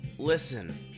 Listen